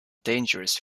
dangerous